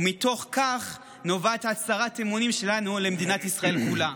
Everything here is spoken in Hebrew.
ומתוך כך נובעת הצהרת אמונים שלנו למדינת ישראל כולה.